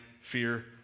fear